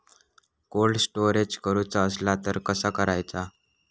Cold storage करूचा असला तर कसा करायचा?